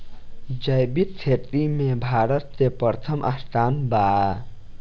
जैविक खेती में भारत के प्रथम स्थान बा